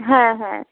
হ্যাঁ হ্যাঁ